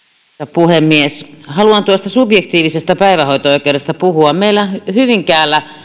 puhemies haluan tuosta subjektiivisesta päivähoito oikeudesta puhua meillä hyvinkäällä